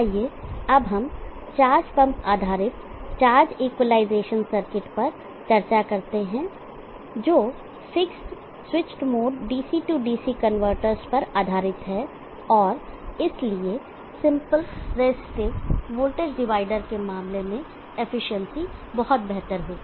आइए अब हम चार्ज पंप आधारित चार्ज इक्वलाइजेशन सर्किट पर चर्चा करते हैं जो fixed switched mode DC DC converters पर आधारित है और इसलिए सिंपल रजिस्टिव वोल्टेज डिवाइडर के मामले एफिशिएंसी बहुत बेहतर होगी